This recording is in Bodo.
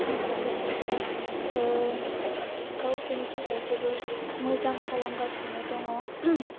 आं सानो बिसोरो गावसिनि थाखाय जोबोर मोजां खालाामगासिनो दङ